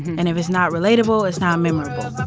and if it's not relatable, it's not memorable